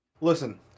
Listen